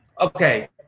Okay